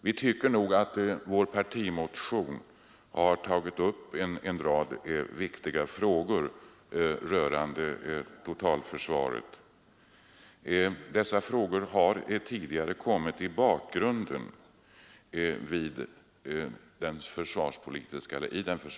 Vi tycker att vår partimotion tagit upp en rad viktiga frågor rörande totalförsvaret. Dessa frågor har tidigare kommit i bakgrunden i den försvarspolitiska debatten.